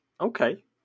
Okay